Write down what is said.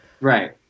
Right